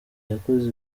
yakoze